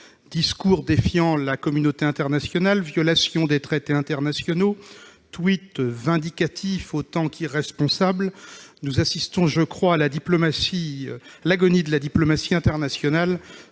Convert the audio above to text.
discours défiant la communauté internationale, violation des traités internationaux, tweets vindicatifs autant qu'irresponsables ... Nous assistons, je le crois, à l'agonie de la diplomatie internationale,